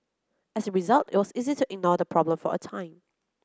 as result it was easy to ignore the problem for a time